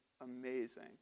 amazing